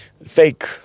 fake